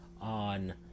on